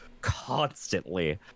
constantly